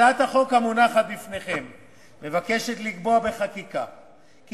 הצעת החוק המונחת בפניכם מבקשת לקבוע בחקיקה כי